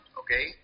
okay